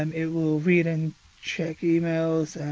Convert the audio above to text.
um it will read and check emails,